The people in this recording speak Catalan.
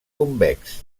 convex